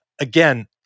again